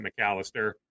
McAllister